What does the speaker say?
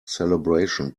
celebration